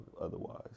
otherwise